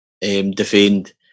defend